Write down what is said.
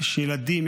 יש ילדים,